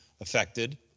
affected